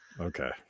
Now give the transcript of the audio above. Okay